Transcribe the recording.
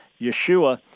Yeshua